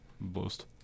Boost